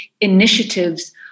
initiatives